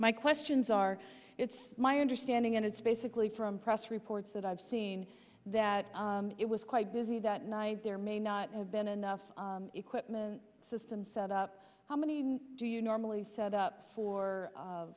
my questions are it's my understanding and it's basically from press reports that i've seen that it was quite busy that night there may not have been enough equipment system set up how many do you normally set up for